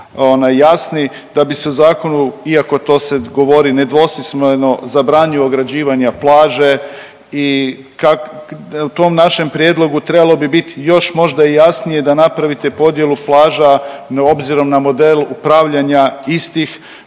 jasniji da bi se u zakonu iako to se govori nedvosmisleno zabranio ograđivanja plaže i u tom našem prijedlogu trebalo bi biti još možda i jasnije da napravite podjelu plaža obzirom na model upravljanja istih